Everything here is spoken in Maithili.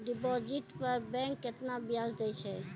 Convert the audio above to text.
डिपॉजिट पर बैंक केतना ब्याज दै छै?